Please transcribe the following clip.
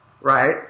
right